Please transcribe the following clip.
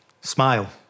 Smile